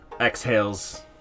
exhales